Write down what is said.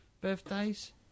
birthdays